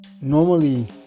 normally